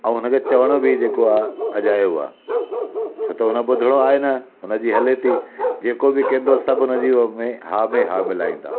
ऐं हुन खे चवणो बि जेको आहे अजायो आहे छो त हुन ॿुधणो आहे न हुन जी हले थी जेको बि कंदो सभु हुननि जी उहो में हा में हा मिलाईंदा